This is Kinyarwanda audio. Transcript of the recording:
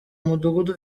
mudugudu